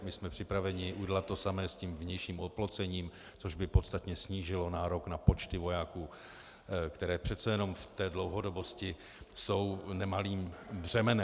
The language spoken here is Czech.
My jsme připraveni udělat to samé s tím vnějším oplocením, což by podstatně snížilo nárok na počty vojáků, které přece jenom v té dlouhodobosti jsou nemalým břemenem.